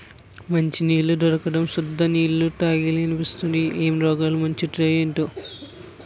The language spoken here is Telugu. మంచినీళ్లు దొరక్క సుద్ద నీళ్ళే తాగాలిసివత్తాంది ఏం రోగాలు ముంచుకొత్తయే ఏటో